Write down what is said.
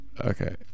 Okay